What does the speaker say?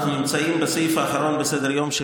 אנחנו נמצאים בסעיף האחרון בסדר-יום של